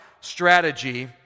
strategy